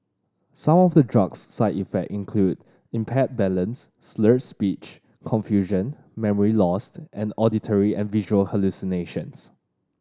some of the drug's side effect include impaired balance slurred speech confusion memory lost and auditory and visual hallucinations